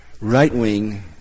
right-wing